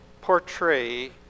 portray